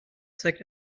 zeigt